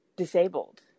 Disabled